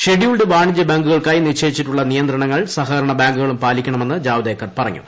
scheduled വാണിജൃബാങ്കുകൾക്കായി നിശ്ചയിച്ചിട്ടുള്ള നിയന്ത്രണങ്ങൾ സഹകരണ ബാങ്കുകളും പാലിക്കണമെന്ന് ജാവ്ദേക്കർ പറഞ്ഞു